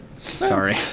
Sorry